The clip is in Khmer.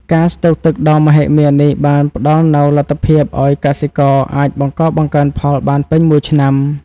ការស្តុកទឹកដ៏មហិមានេះបានផ្ដល់នូវលទ្ធភាពឱ្យកសិករអាចបង្កបង្កើនផលបានពេញមួយឆ្នាំ។